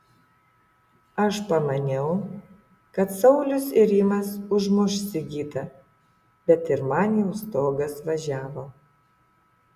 aš pamaniau kad saulius ir rimas užmuš sigitą bet ir man jau stogas važiavo